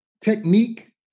Technique